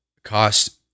Cost